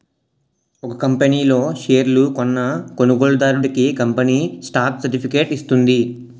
ఒక కంపనీ లో షేర్లు కొన్న కొనుగోలుదారుడికి కంపెనీ స్టాక్ సర్టిఫికేట్ ఇస్తుంది